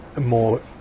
more